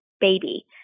baby